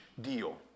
deal